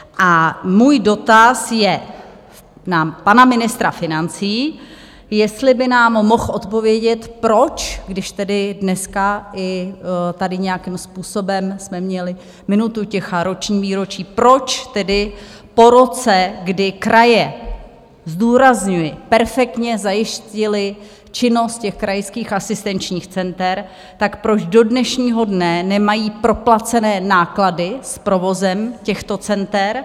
A můj dotaz je na pana ministra financí, jestli by nám mohl odpovědět, proč, když tedy dneska i jsme tady nějakým způsobem měli minutu ticha, roční výročí proč tedy po roce, kdy kraje, zdůrazňuji, perfektně zajistily činnost krajských asistenčních center, proč do dnešního dne nemají proplacené náklady s provozem těchto center?